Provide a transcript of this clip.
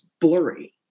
blurry